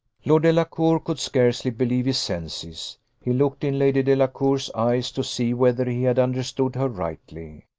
lord delacour could scarcely believe his senses he looked in lady delacour's eyes to see whether he had understood her rightly.